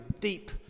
deep